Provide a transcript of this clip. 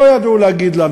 לא ידעו להגיד לנו.